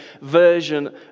version